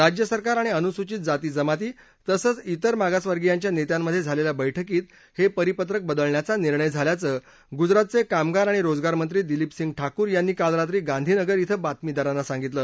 राज्य सरकार आणि अनुसूचित जाती जमाती तसंच त्रेर मागासवर्गियांच्या नेत्यांमधे झालेल्या बैठकीत हे परिपत्रक बदलण्याचा निर्णय झाल्याचं गुजरातचे कामगार आणि रोजगारमंत्री दिलीपसिंग ठाकूर यांनी काल रात्री गांधीनगर क्वं बातमीदारांना सांगितलं